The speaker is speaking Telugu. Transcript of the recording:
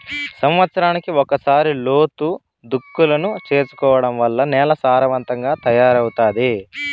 సమత్సరానికి ఒకసారి లోతు దుక్కులను చేసుకోవడం వల్ల నేల సారవంతంగా తయారవుతాది